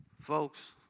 Folks